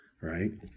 right